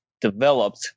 developed